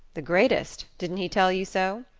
the greatest! didn't he tell you so?